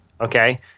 okay